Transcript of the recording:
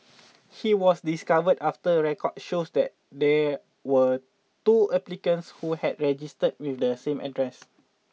he was discovered after record shows that there were two applicants who had registered with the same address